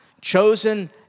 chosen